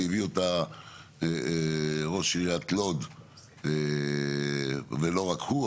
והביא אותה ראש עיריית לוד ולא רק הוא,